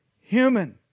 human